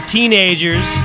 Teenagers